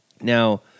Now